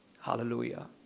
Hallelujah